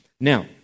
Now